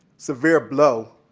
severe blow,